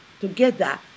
together